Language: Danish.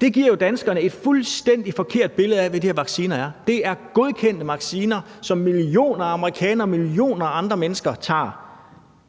Det giver jo danskerne et fuldstændig forkert billede af, hvad de her vacciner er. Det er godkendte vacciner, som millioner af amerikanere og millioner af andre mennesker tager,